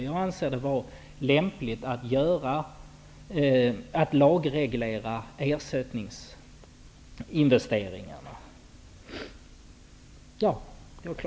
Jag anser det vara lämpligt att lagreglera ersättningsinvesteringarna.